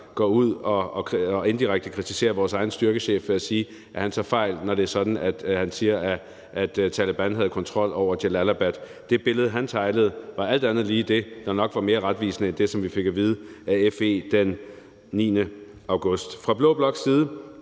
går ud og indirekte kritiserer vores egen styrkechef ved at sige, at han tog fejl, da han sagde, at Taleban havde kontrol over Jalalabad. Det billede, han tegnede, var alt andet lige nok mere retvisende end det, vi fik at vide af FE den 9. august. Fra blå bloks side,